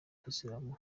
kisilamu